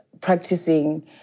practicing